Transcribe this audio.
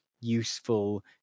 useful